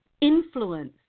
influence